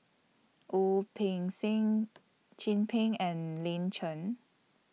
Wu Peng Seng Chin Peng and Lin Chen